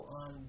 on